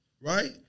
right